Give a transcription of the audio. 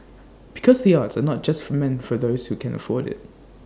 because the arts are not just for meant for those who can afford IT